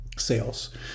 sales